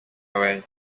away